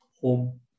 home